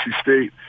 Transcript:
State